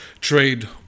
trade